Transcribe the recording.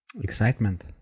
Excitement